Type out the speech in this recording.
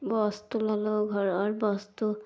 বস্তু ল'লোঁ ঘৰৰ বস্তু